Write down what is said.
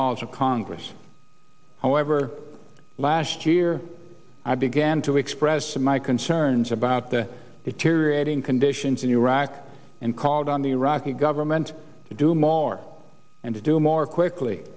halls of congress however last year i began to express my concerns about the it period in conditions in iraq and called on the iraqi government to do more and to do more quickly